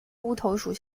乌头属